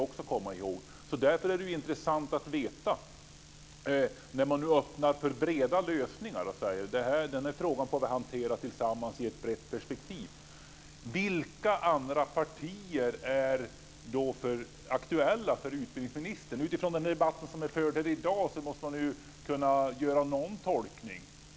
Nu öppnar man för breda lösningar och säger att denna fråga får vi hantera tillsammans i ett brett perspektiv. Det vore därför intressant att veta vilka andra partier som är aktuella för utbildningsministern. Utbildningsministern måste, utifrån dagens debatt, kunna göra någon tolkning.